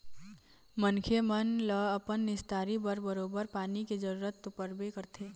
मनखे मन ल अपन निस्तारी बर बरोबर पानी के जरुरत तो पड़बे करथे